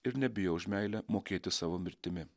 ir nebijo už meilę mokėti savo mirtimi